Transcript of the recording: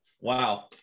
wow